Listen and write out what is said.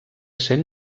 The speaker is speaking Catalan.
sent